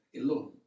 alone